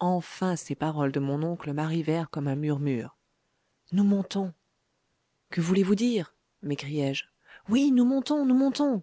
enfin ces paroles de mon oncle m'arrivèrent comme un murmure nous montons que voulez-vous dire m'écriai-je oui nous montons nous montons